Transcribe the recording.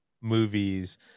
movies